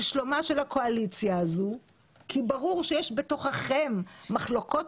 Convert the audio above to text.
גם לשלומה של הקואליציה הזו כי ברור שיש בתוככם מחלוקות